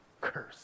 curse